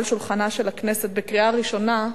על שולחנה של הכנסת לקריאה ראשונה,